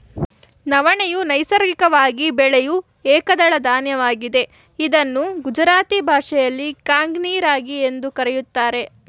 ನವಣೆಯು ನೈಸರ್ಗಿಕವಾಗಿ ಬೆಳೆಯೂ ಏಕದಳ ಧಾನ್ಯವಾಗಿದೆ ಇದನ್ನು ಗುಜರಾತಿ ಭಾಷೆಯಲ್ಲಿ ಕಾಂಗ್ನಿ ರಾಗಿ ಎಂದು ಕರಿತಾರೆ